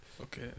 Okay